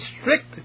strict